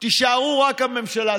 ותישארו רק הממשלה.